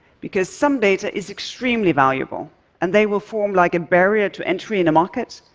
because some data is extremely valuable and they will form, like, a barrier to entry in a market.